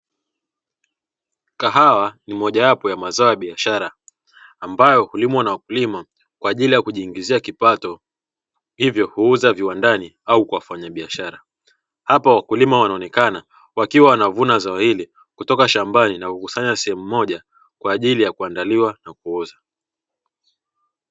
Kahawa ni mojawapo ya mazao biashara ambayo hulimwa na wakulima kwa ajili ya kujiingizia kipato hivyo huuzwa viwandani au kwa wafanyabiashara, hapa wakulima wanaonekana wakiwa wanavuna zao hili kutoka shambani na kukusanya sehemu moja kwa ajili ya kuandaliwa na kuuza.